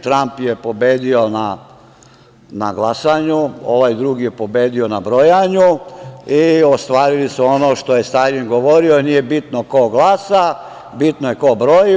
Tramp je pobedio na glasanju, ovaj drugi je pobedio na brojanju i ostvarili su ono što je Staljin govorio – nije bitno ko glasa, bitno je ko broji.